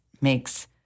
makes